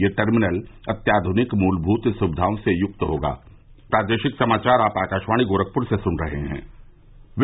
यह टर्मिनल अत्याधुनिक मूलभूत सुविघाओं से युक्त होंगे